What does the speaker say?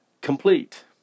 complete